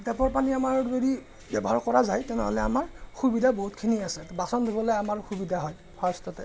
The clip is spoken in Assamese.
টেপৰ পানী আমাৰ যদি ব্যৱহাৰ কৰা যায় তেনেহ'লে আমাৰ সুবিধা বহুতখিনি আছে বাচন ধুবলৈ আমাৰ সুবিধা হয় ফাৰ্ষ্টতে